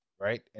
Right